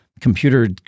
computer